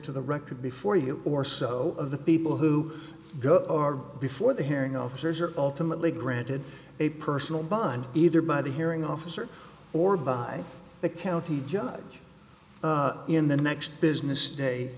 to the record before you or so of the people who go before the hearing officers are ultimately granted a personal bond either by the hearing officer or by the county judge in the next business day